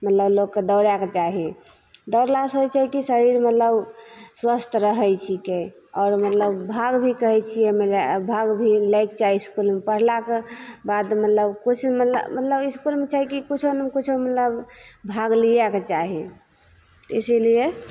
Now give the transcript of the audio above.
मतलब लोकके दौड़ेके चाही दौड़लासे होइ छै कि शरीर मतलब स्वस्थ रहै छिकै आओर मतलब भाग भी कहै छिए लै भाग भी लैके चाही इसकुलमे पढ़लाके बाद मतलब किछु मतलब मतलब इसकुलमे छै कि किछु ने किछु मतलब भाग लैके चाही इसीलिए